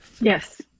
Yes